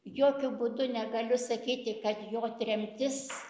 jokiu būdu negaliu sakyti kad jo tremtis